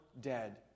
dead